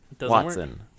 Watson